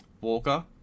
Walker